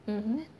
mmhmm